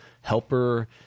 helper